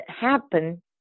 happen